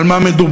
על מה מדובר.